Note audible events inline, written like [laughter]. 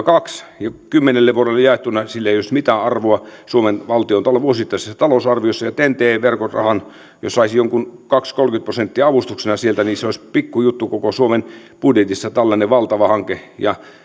[unintelligible] kaksi ja kymmenelle vuodelle jaettuna sillä ei olisi mitään arvoa suomen vuosittaisessa talousarviossa ja jos ten t verkon rahaa saisi jonkun kaksikymmentä viiva kolmekymmentä prosenttia avustuksena sieltä niin olisi pikku juttu koko suomen budjetissa tällainen valtava hanke